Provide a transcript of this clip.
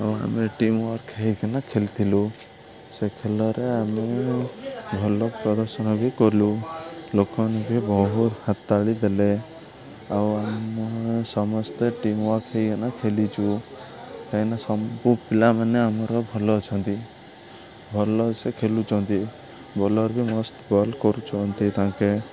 ଆଉ ଆମେ team work ହୋଇକିନା ଖେଲିଥିଲୁ ସେ ଖେଲରେ ଆମେ ଭଲ ପ୍ରଦର୍ଶନ ବି କଲୁ ଲୋକ ବି ବହୁତ ଦେଲେ ଆଉ ଆମେ ସମସ୍ତେ ଟିମ୍ ୱାର୍କ ହୋଇକିନା ଖେଲିଛୁ କାହିଁକିନା ସବୁ ପିଲାମାନେ ଆମର ଭଲ ଅଛନ୍ତି ଭଲ ସେ ଖେଲୁଛନ୍ତି ବୋଲର୍ ବି ମସ୍ତ ବଲ୍ କରୁଛନ୍ତି ତାଙ୍କେ